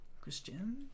Christian